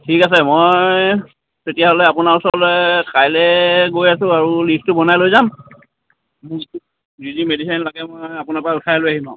ঠিক আছে মই তেতিয়াহ'লে আপোনাৰ ওচৰলে কাইলে গৈ আছোঁ আৰু লিষ্টটো বনাই লৈ যাম মোক যি যি মেডিচিন লাগে মই আপোনাৰ পৰা উঠাই লৈ আহিম আৰু